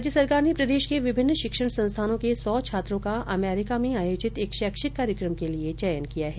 राज्य सरकार ने प्रदेश के विभिन्न शिक्षण संस्थानों के सौ छात्रों का अमेरिका में आयोजित एक शैक्षिक कार्यक्रम के लिए चयन किया है